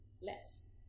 less